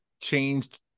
changed